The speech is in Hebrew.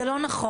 זה לא נכון,